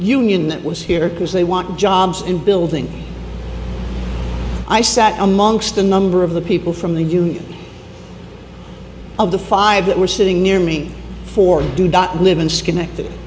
union that was here because they want jobs in building i sat amongst a number of the people from the union of the five that were sitting near me for live in schenectady